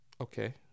Okay